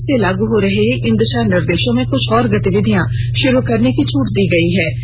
आज से लागू हो रहे इन दिशा निर्देशों में कुछ और गतिविधियाँ शुरू करने की छूट दी गई है